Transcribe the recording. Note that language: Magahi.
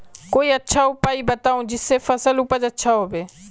कोई अच्छा उपाय बताऊं जिससे फसल उपज अच्छा होबे